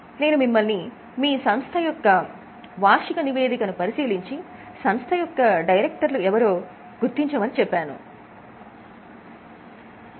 నేను మిమ్మల్ని మీ సంస్థ యొక్క వార్షిక నివేదికను పరిశీలించి సంస్థ యొక్క డైరెక్టర్లు ఎవరో గుర్తించమని చెప్పాను